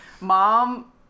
mom